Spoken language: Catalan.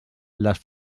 les